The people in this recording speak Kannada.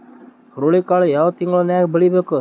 ಹುರುಳಿಕಾಳು ಯಾವ ತಿಂಗಳು ನ್ಯಾಗ್ ಬೆಳಿಬೇಕು?